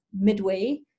midway